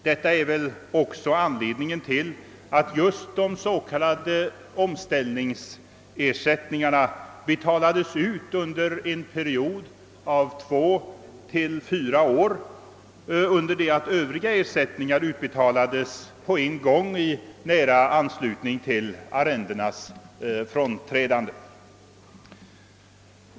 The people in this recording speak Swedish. Detta är väl också anledningen till att just de s.k. omställningsersättningarna betalades ut under en period av 2—4 år under det att övriga ersättningar utbetalades på en gång i nära anslutning till frånträdandet av arrendena.